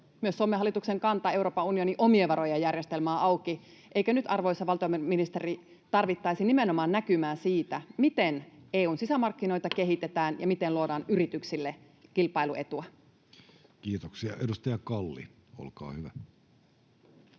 Myös Suomen hallituksen kanta Euroopan unionin omien varojen järjestelmään on auki. Eikö nyt, arvoisa valtiovarainministeri, tarvittaisi nimenomaan näkymää siitä, miten EU:n sisämarkkinoita kehitetään ja miten luodaan yrityksille kilpailuetua? [Speech 90] Speaker: Jussi Halla-aho